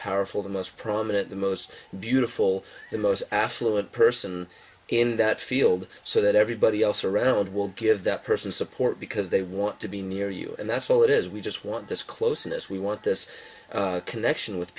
powerful the most prominent the most beautiful the most affluent person in that field so that everybody else around will give that person support because they want to be near you and that's all it is we just want this closeness we want this connection with